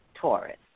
Taurus